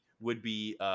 would-be